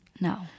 No